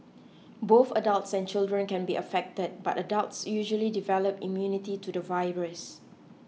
both adults and children can be affected but adults usually develop immunity to the virus